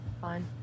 Fine